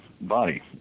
body